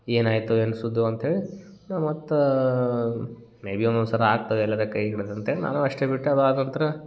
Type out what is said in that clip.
ಏನಾಯಿತು ಏನು ಸುದ್ದಿಯೋ ಅಂತ್ಹೇಳಿ ನಾ ಮತ್ತೆ ಮೇಬಿ ಒಂದೊಂದು ಸಲ ಆಗ್ತದೆ ಎಲ್ಲಾರೂ ಕೈಗಿಡದು ಅಂತೇಳಿ ನಾನೂ ಅಷ್ಟೇ ಬಿಟ್ಟೆ ಅದು ಆದ ನಂತರ